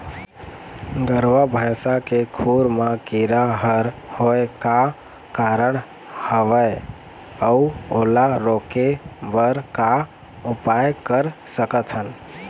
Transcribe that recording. गरवा भैंसा के खुर मा कीरा हर होय का कारण हवए अऊ ओला रोके बर का उपाय कर सकथन?